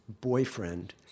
boyfriend